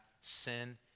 sin